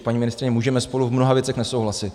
Paní ministryně, můžeme spolu v mnoha věcech nesouhlasit.